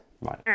right